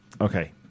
Okay